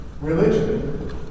religion